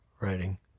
writing